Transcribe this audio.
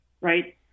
right